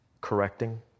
correcting